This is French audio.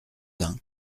uns